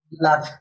love